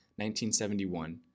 1971